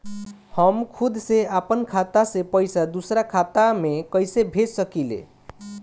हम खुद से अपना खाता से पइसा दूसरा खाता में कइसे भेज सकी ले?